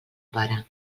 pare